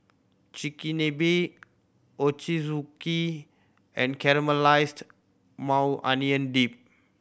Chigenabe Ochazuke and Caramelized Maui Onion Dip